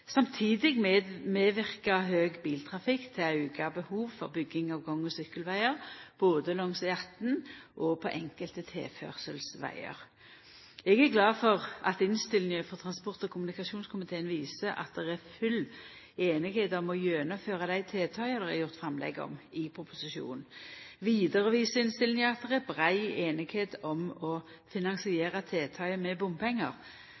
Samtidig medverkar mykje biltrafikk til auka behov for bygging av gang- og sykkelvegar både langs E18 og på enkelte tilførselsvegar. Eg er glad for at innstillinga frå transport- og kommunikasjonskomiteen viser at det er full einigheit om å gjennomføra dei tiltaka det er gjort framlegg om i proposisjonen. Vidare viser innstillinga at det er brei einigheit om å finansiera tiltaka med bompengar.